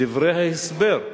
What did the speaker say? דברי ההסבר,